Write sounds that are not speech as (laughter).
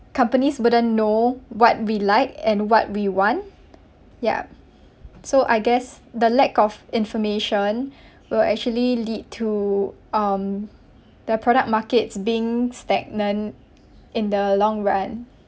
companies wouldn't know what we like and what we want yup so I guess the lack of information (breath) will actually lead to um the product markets being stagnant in the long run